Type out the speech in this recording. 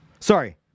Sorry